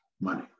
money